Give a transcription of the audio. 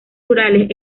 rurales